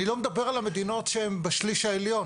אני לא מדבר על המדינות שהן בשליש העליון,